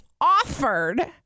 offered